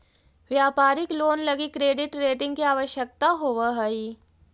व्यापारिक लोन लगी credit rating के आवश्यकता होवऽ हई